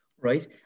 Right